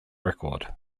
record